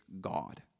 God